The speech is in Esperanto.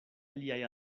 aliaj